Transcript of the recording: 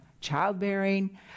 childbearing